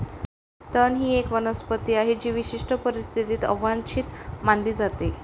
तण ही एक वनस्पती आहे जी विशिष्ट परिस्थितीत अवांछित मानली जाते